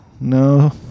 No